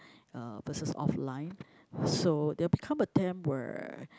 uh versus offline so there'll become a time where